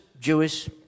Jewish